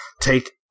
take